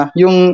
yung